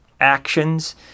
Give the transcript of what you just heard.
actions